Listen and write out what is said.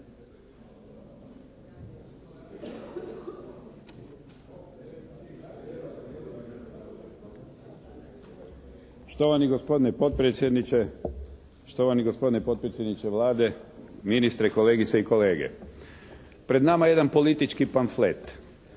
Štovani gospodine potpredsjedniče, štovani gospodine potpredsjedniče Vlade, ministre, kolegice i kolege. Pred nama je jedan politički pamflet.